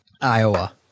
Iowa